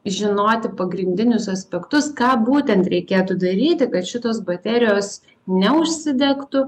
žinoti pagrindinius aspektus ką būtent reikėtų daryti kad šitos baterijos neužsidegtų